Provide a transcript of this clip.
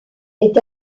est